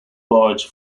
barge